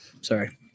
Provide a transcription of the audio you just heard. sorry